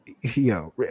yo